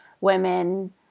women